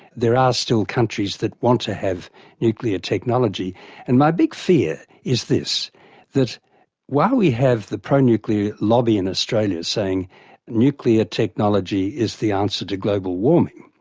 there are still countries that want to have nuclear technology and my big fear is this that while we have the pro-nuclear lobby in australia saying nuclear technology is the answer to global warming,